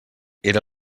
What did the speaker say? era